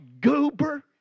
goober